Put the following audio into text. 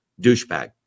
douchebag